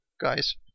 guys